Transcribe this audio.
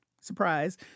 surprise